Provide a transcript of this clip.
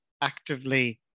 actively